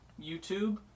YouTube